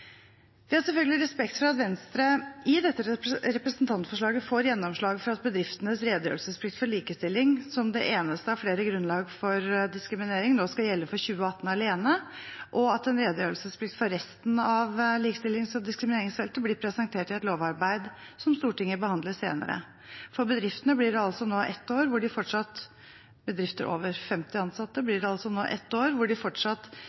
Vi har selvfølgelig respekt for at Venstre i dette representantforslaget får gjennomslag for at bedriftenes redegjørelsesplikt for likestilling, som det eneste av flere grunnlag for diskriminering, nå skal gjelde for 2018 alene, og at en redegjørelsesplikt for resten av likestillings- og diskrimineringsfeltet blir presentert i et lovarbeid som Stortinget behandler senere. For bedrifter med over 50 ansatte blir det nå ett år hvor de fortsatt kun skal redegjøre for likestilling, mens de